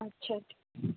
আচ্ছা